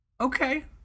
Okay